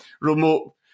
remote